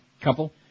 couple